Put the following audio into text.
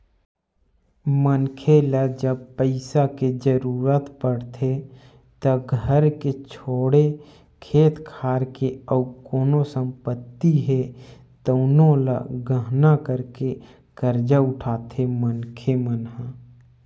मनखे ल जब पइसा के जरुरत पड़थे त घर के छोड़े खेत खार के अउ कोनो संपत्ति हे तउनो ल गहना धरके करजा उठाथे मनखे मन ह